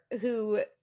who-